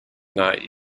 not